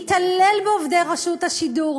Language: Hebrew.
מתעלל בעובדי רשות השידור.